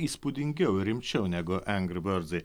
įspūdingiau ir rimčiau negu engri biordsai